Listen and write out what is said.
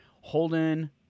Holden